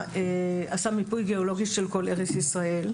הוא עשה מיפוי גאולוגי של כל ארץ ישראל,